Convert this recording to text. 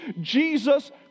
Jesus